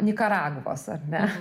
nikaragvos ar ne